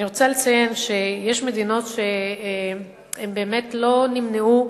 אני רוצה לציין שיש מדינות שבאמת לא נמנעו